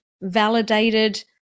validated